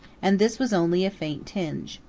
and this was only a faint tinge.